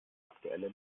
aktueller